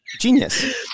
Genius